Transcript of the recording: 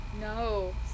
no